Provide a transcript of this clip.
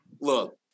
Look